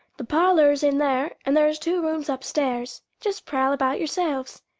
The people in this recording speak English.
the parlor's in there and there's two rooms upstairs. just prowl about yourselves.